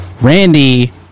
Randy